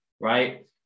right